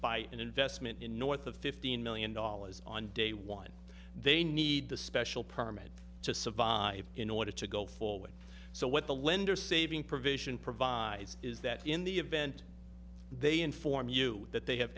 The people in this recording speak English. by an investment in north of fifteen million dollars on day one they need the special permit to survive in order to go forward so what the lender saving provision provide is that in the event they inform you that they have